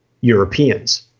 Europeans